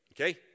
Okay